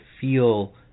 feel